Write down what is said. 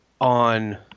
on